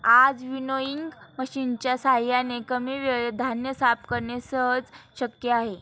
आज विनोइंग मशिनच्या साहाय्याने कमी वेळेत धान्य साफ करणे सहज शक्य आहे